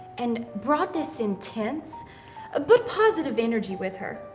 and brought this intense ah but. positive energy with her.